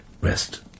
Rest